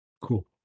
Cool